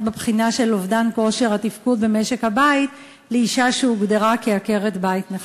בבחינה של אובדן כושר התפקוד במשק-הבית לאישה שהוגדרה כעקרת-בית נכה.